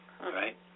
right